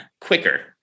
quicker